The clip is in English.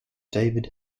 david